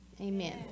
amen